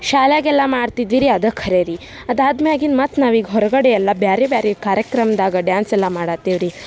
ಶಾಲೆಯಾಗೆಲ್ಲ ಮಾಡ್ತಿದ್ವಿ ರೀ ಅದು ಖರೆ ರೀ ಅದಾದ ಮ್ಯಾಲ್ ಇನ್ನು ಮತ್ತೆ ನಾವೀಗ ಹೊರಗಡೆ ಎಲ್ಲ ಬೇರೆ ಬೇರೆ ಕಾರ್ಯಕ್ರಮದಾಗ ಡ್ಯಾನ್ಸ್ ಎಲ್ಲ ಮಾಡತ್ತೇವ್ರಿ